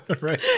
right